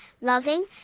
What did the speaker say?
loving